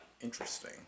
Interesting